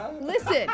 listen